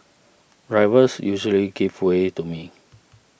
drivers usually give way to me